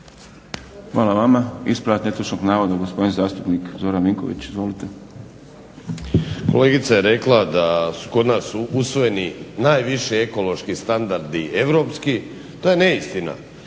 Hvala vama. Ispravak netočnog navoda gospodin zastupnik Zoran Vinković. Izvolite. **Vinković, Zoran (HDSSB)** Kolegica je rekla da kod nas su usvojeni najviši ekološki standardi europski. To je neistina.